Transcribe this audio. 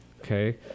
okay